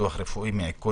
ביטוח רפואי מעיקול